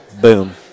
boom